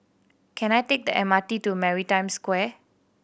can I take the M R T to Maritime Square